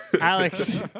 Alex